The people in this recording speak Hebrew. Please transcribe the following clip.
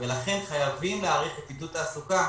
החזקת מענה לפניות הציבור,